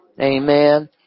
Amen